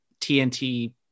TNT